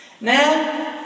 Now